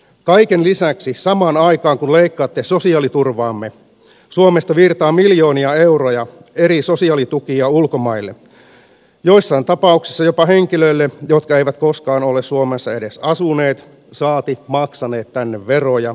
kaiken lisäksi samaan aikaan kun leikkaatte sosiaaliturvaamme suomesta virtaa miljoonia euroja eri sosiaalitukia ulkomaille joissakin tapauksessa jopa henkilöille jotka eivät koskaan ole suomessa edes asuneet saati maksaneet tänne veroja